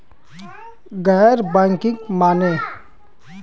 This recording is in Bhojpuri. गैर बैंकिंग माने?